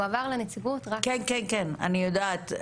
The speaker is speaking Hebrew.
הוא עבר לנציבות רק --- כן, אני יודעת.